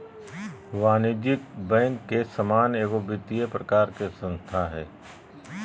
वाणिज्यिक बैंक के समान एगो वित्तिय प्रकार के संस्था हइ